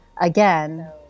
again